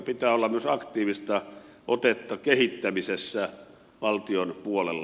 pitää olla myös aktiivista otetta kehittämisessä valtion puolella